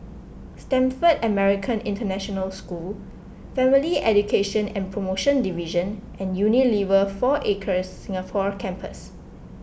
Stamford American International School Family Education and Promotion Division and Unilever four Acres Singapore Campus